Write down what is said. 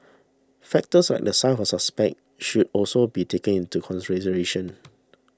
factors like the size of suspect should also be taken into consideration